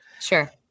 sure